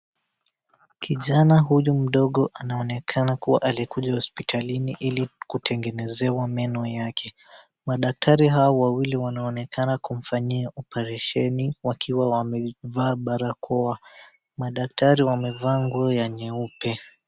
Kijana huyu mdogo anaonekana kuwa alikuja hospitalini ili kutengenezewa meno yake. Madaktari hawa wawili wanaonekana wakimfanyia oparesheni wakiwa wamwvaa barakoa. Madaktari wamevaa nguo ya nyeupe.